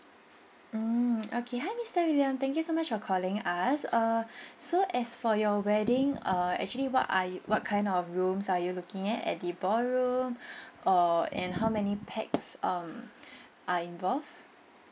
mm okay hi mister william thank you so much for calling us uh so as for your wedding uh actually what are y~ what kind of rooms are you looking at at the ballroom or and how many pax um are involved